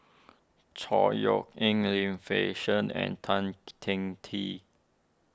Chor Yeok Eng Lim Fei Shen and Tan Teng Tee